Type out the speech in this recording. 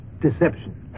deception